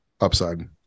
upside